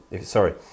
Sorry